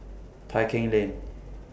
Tai Keng Lane